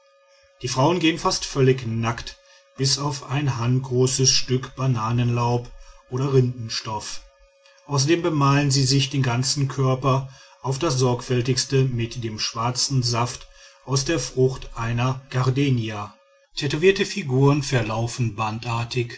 die frauen gehen fast völlig nackt bis auf ein handgroßes stück bananenlaub oder rindenstoff außerdem bemalen sie sich den ganzen körper auf das sorgfältigste mit dem schwarzen saft aus der frucht einer gardenia tätowierte figuren verlaufen